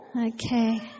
Okay